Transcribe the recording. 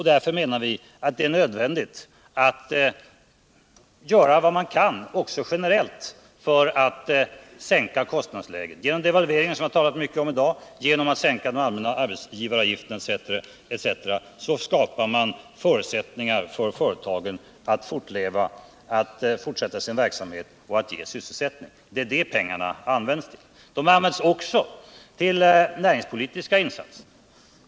Därför menar vi att det är nödvändigt att göra vad man kan också generellt för att sänka kostnadsläget. Genom devalveringen, som vi har talat så mycket om i dag, genom att sänka den allmänna arbetsgivaravgiften etc. skapar man förutsättningar för företagen att fortleva och fortsätta sin verksamhet och att ge sysselsättning. Det är detta pengarna används till. De används också till näringspolitiska insatser.